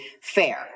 fair